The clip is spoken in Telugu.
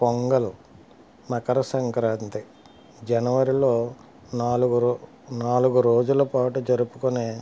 పొంగల్ మకర సంక్రాంతి జనవరిలో నాలుగురో నాలుగు రోజుల పాటు జరుపుకునే